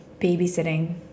Babysitting